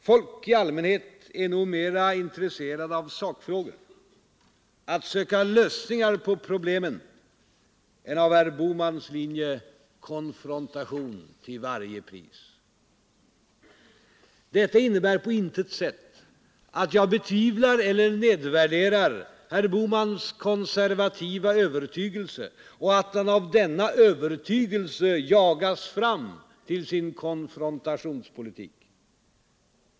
Folk i allmänhet är nog mer intresserade av sakfrågor, av att söka lösningar på problemen än av herr Bohmans linje — konfrontation till varje pris. Detta innebär på intet sätt att jag betvivlar eller nedvärderar herr Bohmans konservativa övertygelse och att han av denna övertygelse jagas fram till sin konfrontationspolitik.